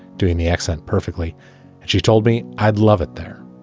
doing the accent perfectly. and she told me i'd love it there.